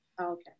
Okay